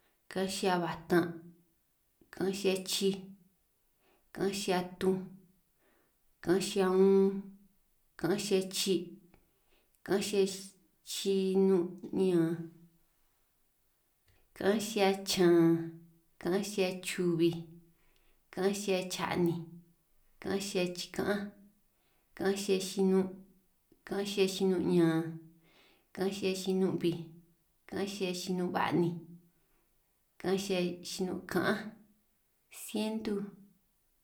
Ka'anj xihia batan', ka'anj xihia chij, ka'anj xihua tunj, ka'anj xihia un, ka'anj xihia chi', ka'anj xihia chan, ka'anj xihia chubij, ka'anj xihia cha'ninj, ka'anj xihia chika'anj, ka'anj xihia chinun', ka'anj xihia chinun' ñan, ka'anj xihia chinun' bij, ka'anj xihia chinun' ba'ninj, ka'anj xihia chinun' ka'anj, sientu.